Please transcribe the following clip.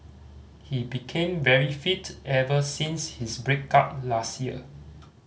he became very fit ever since his break up last year